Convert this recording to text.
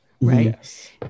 right